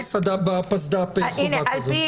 אין בפסד"פ חובה כזו.